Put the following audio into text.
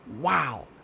Wow